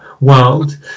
World